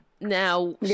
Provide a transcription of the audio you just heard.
Now